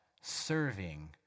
serving